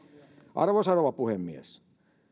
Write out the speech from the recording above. arvoisa rouva puhemies